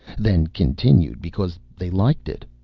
then continued because they liked it.